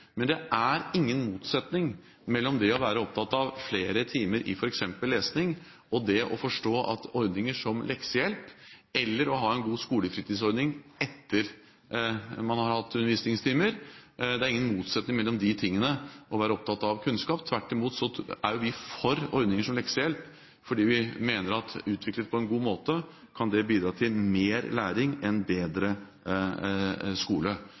Men det er ingen motsetning mellom det å være opptatt av flere timer i f.eks. lesing og det å forstå betydningen av ordninger som leksehjelp eller en god skolefritidsordning etter at man har hatt undervisningstimer. Det er ingen motsetning mellom de tingene og det å være opptatt av kunnskap. Tvert imot er jo vi for ordninger som leksehjelp, fordi vi mener at utviklet på en god måte kan det bidra til mer læring, en bedre skole.